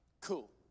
Cool